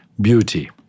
beauty